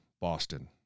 Boston